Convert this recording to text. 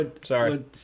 Sorry